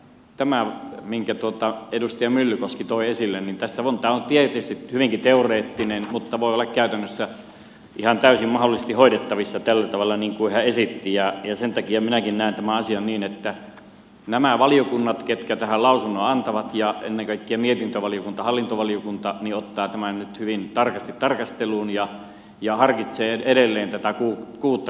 tämä minkä edustaja myllykoski toi esille on tietysti hyvinkin teoreettinen mutta voi olla käytännössä ihan täysin mahdollisesti hoidettavissa tällä tavalla kuin hän esitti ja sen takia minäkin näen tämän asian niin että nämä valiokunnat mitkä tähän lausunnon antavat ja ennen kaikkea mietintövaliokunta hallintovaliokunta ottavat tämän nyt hyvin tarkasti tarkasteluun ja harkitsevat edelleen tätä kuutta kuukautta